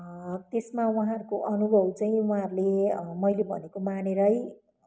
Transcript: त्यसमा उहाँहरूको अनुभव चाहिँ उहाँहरूले मैले भनेको मानेरै